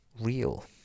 real